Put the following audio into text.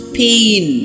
pain